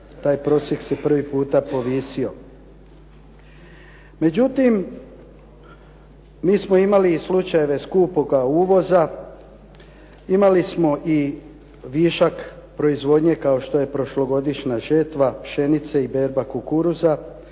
taj prosjek se prvi puta povisio. Međutim, mi smo imali i slučajeve skupoga uvoza, imali smo i višak proizvodnje kao što je prošlogodišnja žetva pšenice i berba kukuruza